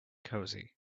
cosy